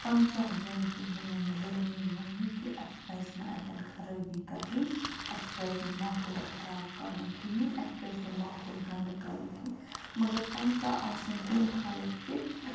پنٛژہ ظوٚن کہِ یِمن ضمیٖر وَنہِ کہِ اسہِ پَزِ نہٕ اَتیٚن خرٲبی کَرٕنۍ اسہِ پَزِ نہٕ ماحوٗل خراب کَرُن کِہیٖنۍ اسہِ پَزِ نہٕ ماحوٗل گَنٛدٕ کَرُن کِہیٖنۍ مگر پنٛژہ آسَن تِم خلق تہِ